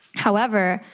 however,